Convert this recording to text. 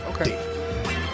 Okay